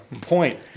point